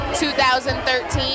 2013